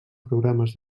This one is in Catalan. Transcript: programes